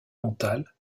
mentale